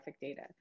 data